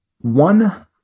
one